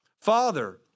Father